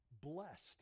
blessed